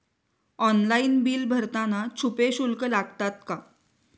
Online bill भरताना छुपे शुल्क लागतात का?